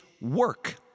work